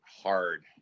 hard